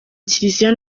kiriziya